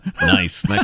Nice